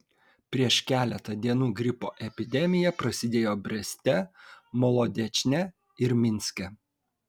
prieš keletą dienų gripo epidemija prasidėjo breste molodečne ir minske